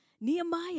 Nehemiah